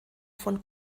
von